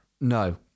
No